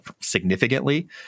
significantly